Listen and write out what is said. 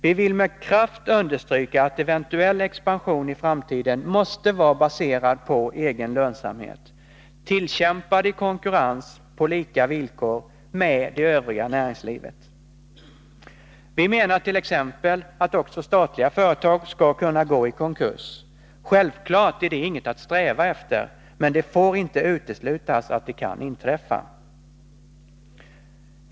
Vi vill med kraft understryka att eventuell expansion i framtiden måste vara baserad på egen lönsamhet, tillkämpad i konkurrens på lika villkor med det övriga näringslivet. Vi menar t.ex. att också statliga företag skall kunna gå i konkurs. Självfallet är det inget att sträva efter, men det får inte uteslutas att det kan inträffa.